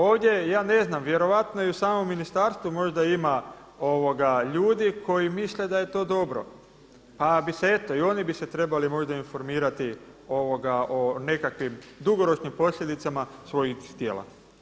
Ovdje ja ne znam vjerojatno i u samom ministarstvu možda ima ljudi koji misle da je to dobro, pa bi se i oni možda trebali informirati o nekakvim dugoročnim posljedicama svojih tijela.